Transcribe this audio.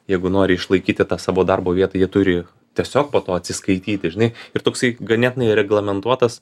jeigu nori išlaikyti tą savo darbo vietą jie turi tiesiog po to atsiskaityti žinai ir toksai ganėtinai reglamentuotas